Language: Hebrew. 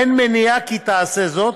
אין מניעה כי תעשה זאת,